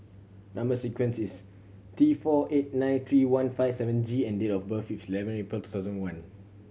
number sequence is T four eight nine three one five seven G and date of birth is eleven April two thousand and one